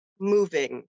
moving